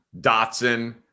Dotson